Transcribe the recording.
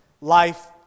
life